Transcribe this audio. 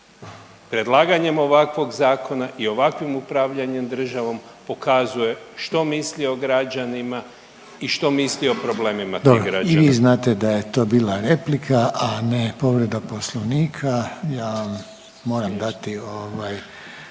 predlaganjem ovakvog zakona i ovakvim upravljanjem državom pokazuje što misli o građanima i što misli o problemima tih građana. **Reiner, Željko (HDZ)** Dobro i mi znate da je to bila replika, a ne povreda Poslovnika. Ja moram dati